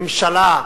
ממשלה,